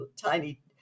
tiny